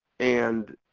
and,